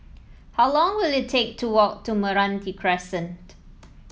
how long will it take to walk to Meranti Crescent